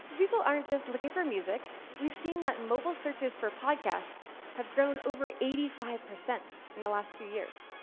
people aren't just looking for music. we've seen that mobile searches for podcasts have grown by over eighty five percent in the last two years.